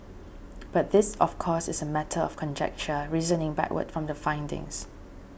but this of course is a matter of conjecture reasoning backward from the findings